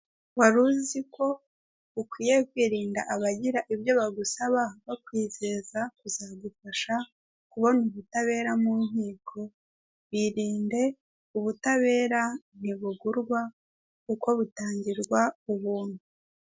Wari uzi ko ukwiye kwirinda abagira ibyo bagusaba bakwizeza kuzagufasha kubona ubutabera mu nkiko, birinde ubutabera ntibugurwa kuko butangirwa ubuntu.